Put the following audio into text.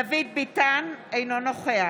דוד ביטן, אינו נוכח